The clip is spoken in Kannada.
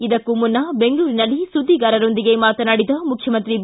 ಇದಕ್ಕೂ ಮುನ್ನ ಬೆಂಗಳೂರಿನಲ್ಲಿ ಸುದ್ಗಿಗಾರರೊಂದಿಗೆ ಮಾತನಾಡಿದ ಮುಖ್ಯಮಂತ್ರಿ ಬಿ